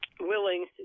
willing